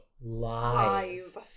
Live